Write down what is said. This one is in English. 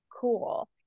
cool